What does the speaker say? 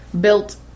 Built